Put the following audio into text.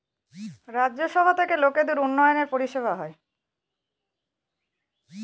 রাজ্য সভা থেকে লোকদের উন্নয়নের পরিষেবা হয়